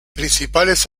principales